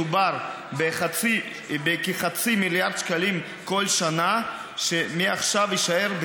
מדובר בכחצי מיליארד שקלים כל שנה שמעכשיו יישארו